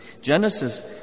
Genesis